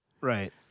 Right